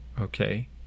okay